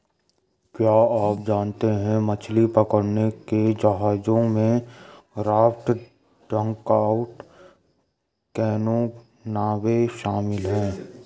क्या आप जानते है मछली पकड़ने के जहाजों में राफ्ट, डगआउट कैनो, नावें शामिल है?